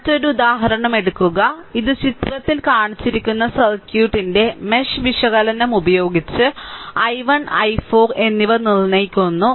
മറ്റൊരു ഉദാഹരണം എടുക്കുക ഇത് ചിത്രത്തിൽ കാണിച്ചിരിക്കുന്ന സർക്യൂട്ടിന്റെ മെഷ് വിശകലനം ഉപയോഗിച്ച് I1 i4 എന്നിവ നിർണ്ണയിക്കുന്നു